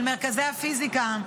של מרכזי הפיזיקה.